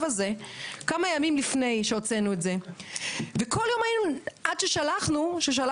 הזה כמה ימים לפני ששלחנו אותו ועד ששלחנו,